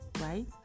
right